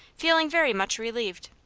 feeling very much relieved.